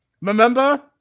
Remember